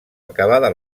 acabada